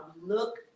look